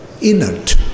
inert